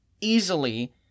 easily